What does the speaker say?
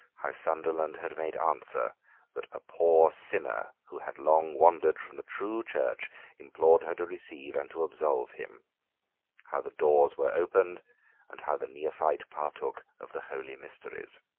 how sunderland had made answer that a poor sinner who had long wandered from the true church implored her to receive and to absolve him how the doors were opened and how the neophyte partook of the holy mysteries.